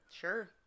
Sure